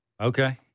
Okay